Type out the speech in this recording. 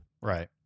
Right